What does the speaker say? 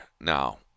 now